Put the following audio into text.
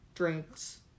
drinks